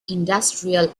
industrial